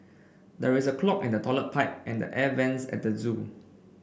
there is a clog in the toilet pipe and the air vents at the zoo